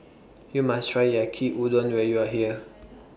YOU must Try Yaki Udon when YOU Are here